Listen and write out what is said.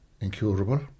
incurable